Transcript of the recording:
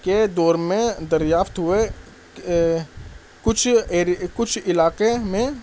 کے دور میں دریافت ہوئے کچھ کچھ علاقے میں